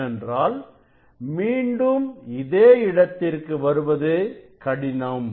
ஏனென்றால் மீண்டும் இதே இடத்திற்கு வருவது கடினம்